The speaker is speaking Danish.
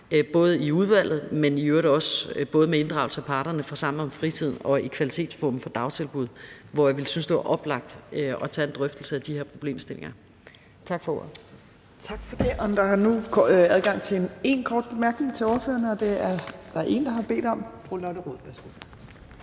leg i udvalget, men i øvrigt også både med inddragelse af parterne fra »Sammen om Fritiden« og i Kvalitetsforum for dagtilbud, hvor jeg synes det ville være oplagt at tage en drøftelse af de her problemstillinger.